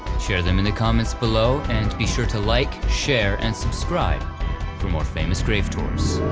share them in the comments below, and be sure to like share and subscribe for more famous grave tours.